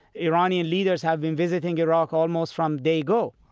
iranian leaders have been visiting iraq almost from day go.